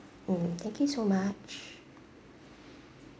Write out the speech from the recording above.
mm thank you so much